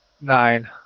Nine